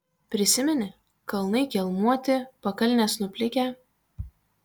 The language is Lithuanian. prisimeni kalnai kelmuoti pakalnės nuplikę